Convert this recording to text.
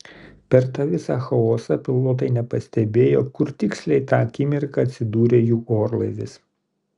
per tą visą chaosą pilotai nepastebėjo kur tiksliai tą akimirką atsidūrė jų orlaivis